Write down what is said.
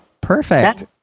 Perfect